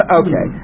okay